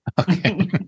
Okay